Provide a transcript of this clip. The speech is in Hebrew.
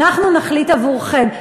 אנחנו נחליט עבורכם.